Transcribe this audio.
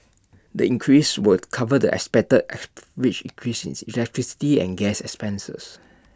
the increase will cover the expected increase electricity and gas expenses